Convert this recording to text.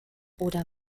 oder